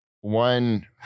one